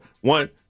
One